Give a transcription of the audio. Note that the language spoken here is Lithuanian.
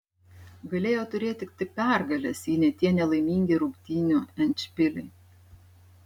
galėjo turėti tik pergales jei ne tie nelaimingi rungtynių endšpiliai